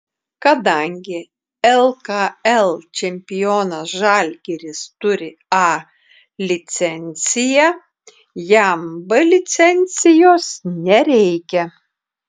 kadangi lkl čempionas žalgiris turi a licenciją jam b licencijos nereikia